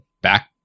back